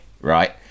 right